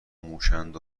موشاند